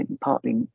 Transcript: partly